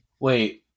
Wait